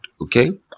Okay